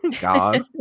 god